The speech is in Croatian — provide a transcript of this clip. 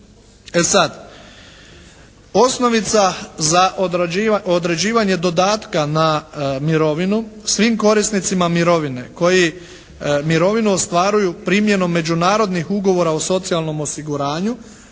E sada, osnovica za određivanje dodatka na mirovinu svim korisnicima mirovine koji mirovinu ostvaruju primjenom međunarodnih Ugovora o socijalnom osiguranju